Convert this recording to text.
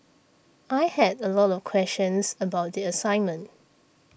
I had a lot of questions about the assignment